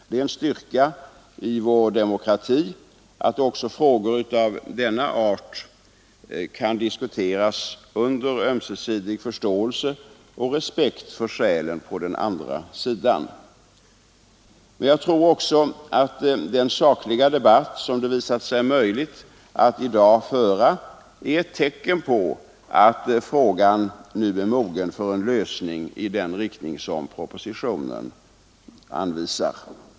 Det är en styrka i vår demokrati att även frågor av denna art kan diskuteras under ömsesidig förståelse och respekt för skälen på den andra sidan. Men jag tror också att den sakliga debatt som det visat sig möjligt att i dag föra är ett tecken på att frågan nu är mogen för en lösning i den riktning som propositionen anvisar.